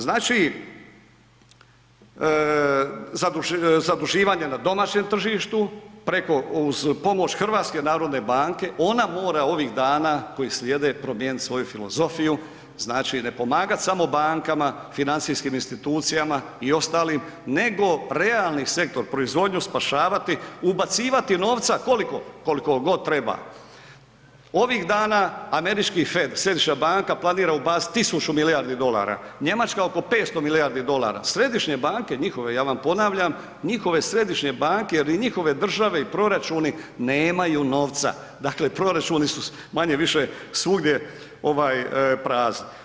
Znači zaduživanja na domaćem tržištu preko, uz pomoć Hrvatske narodne banke, ona mora ovih dana koji slijede promijenit svoju filozofiju, znači ne pomagat samo bankama, financijskim institucijama i ostalim, nego realni sektor, proizvodnju spašavati, ubacivati novca koliko?, koliko god treba, ovih dana američki ... središnja banka planira ubacit 1000 milijardi dolara, njemačka oko 500 milijardi dolara, središnje banke njihove ja vam ponavljam, njihove središnje banke jer i njihove države i proračuni nemaju novca, dakle proračuni su manje-više svugdje ovaj prazni.